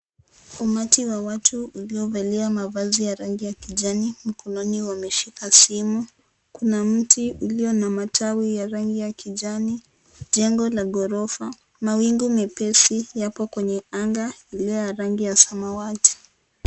Umati wa watu uliovalia mavazi ya rangi ya kijani, mkononi wameshika simu. Kuna mti ulio na matawi ya rangi ya kijani, jengo la ghorofa, mawingu mepesi yapo kwenye anga iliyo ya rangi ya samawati.